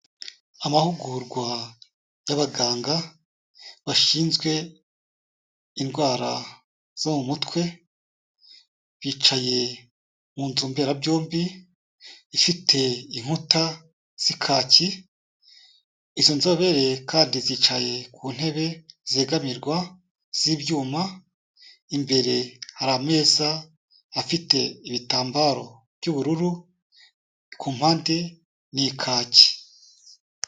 Amahugurwa y'abaganga bashinzwe indwara zo mu mutwe, bicaye mu nzu mberabyombi, ifite inkuta z'ikaki, izo nzobere kandi zicaye ku ntebe zegamirwa z'ibyuma, imbere hari ameza afite ibitambaro by'ubururu, kumpande ni ikaki.